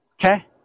okay